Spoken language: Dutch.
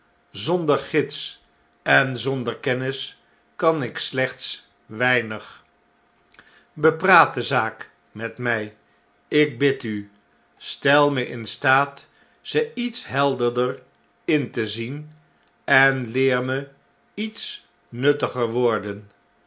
zonder gids en zonder kennis kan ik slechts weinig bepraat de zaak met my ik bid u stel me in staat ze iets helderder in te zien en leer me iets nuttiger worden